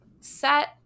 set